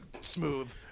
smooth